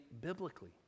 biblically